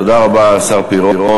תודה רבה לשר פירון.